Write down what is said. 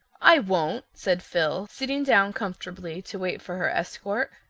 i won't, said phil, sitting down comfortably to wait for her escort.